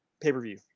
pay-per-view